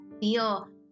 feel